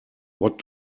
what